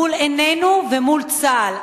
מול עינינו ומול צה"ל.